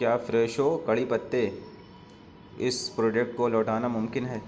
کیا فریشو کڑھی پتے اس پروڈکٹ کو لوٹانا ممکن ہے